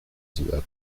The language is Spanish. ciudad